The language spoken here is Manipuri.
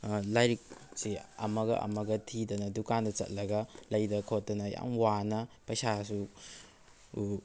ꯂꯥꯏꯔꯤꯛꯁꯤ ꯑꯃꯒ ꯑꯃꯒ ꯊꯤꯗꯅ ꯗꯨꯀꯥꯟꯗ ꯆꯠꯂꯒ ꯂꯩꯗꯅ ꯈꯣꯠꯇꯅ ꯌꯥꯝ ꯋꯥꯅ ꯄꯩꯁꯥꯁꯨ